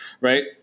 right